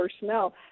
personnel